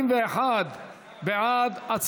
41 בעד.